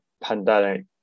pandemic